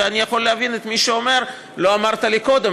ואני יכול להבין את מי שאומר: לא אמרת לי קודם,